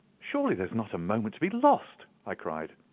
surely there is not a moment to be lost, i cried,